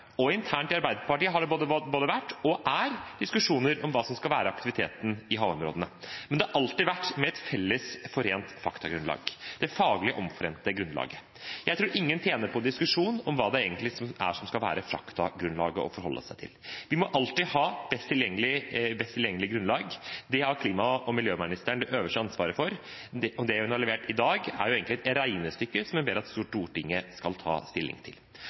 og internt i Arbeiderpartiet har det vært diskusjoner om hva som skal være aktiviteten i havområdene, men det har alltid vært med et felles, omforent faktagrunnlag – det faglige, omforente grunnlaget. Jeg tror ingen tjener på en diskusjon om hva som egentlig er faktagrunnlaget å forholde seg til. Vi må alltid ha best tilgjengelig grunnlag. Det har klima- og miljøministeren det øverste ansvaret for. Det hun har levert i dag, er egentlig et regnestykke som hun ber Stortinget ta stilling til.